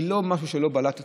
זה לא משהו שלא בלט אצלה,